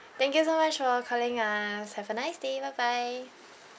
thank you so much for calling us have a nice day bye bye